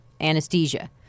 anesthesia